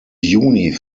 juni